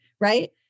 Right